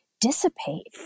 Dissipate